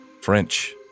French